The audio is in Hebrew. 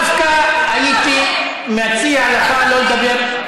דווקא הייתי מציע לך לא לדבר,